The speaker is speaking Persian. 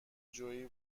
جویی